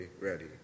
ready